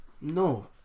No